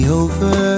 over